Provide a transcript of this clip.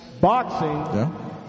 boxing